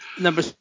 Number